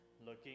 looking